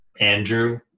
andrew